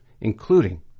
including